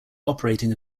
operating